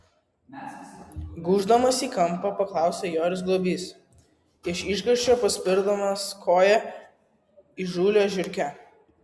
gūždamasis į kampą paklausė joris globys iš išgąsčio paspirdamas koja įžūlią žiurkę